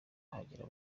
bahagera